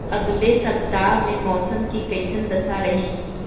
अलगे सपतआह में मौसम के कइसन दशा रही?